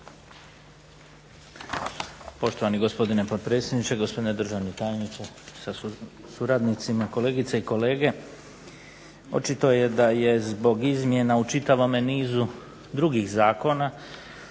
Poštovani gospodine potpredsjedniče, gospodine državni tajniče sa suradnicima, kolegice i kolege zastupnici. Očito je da je zbog izmjena u čitavome nizu drugih zakona